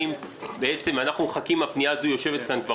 אנחנו חייבים את זה כדי